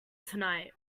tonight